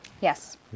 Yes